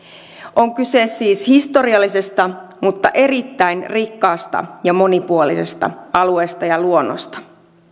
on kyse siis historiallisesta mutta erittäin rikkaasta ja monipuolisesta alueesta ja luonnosta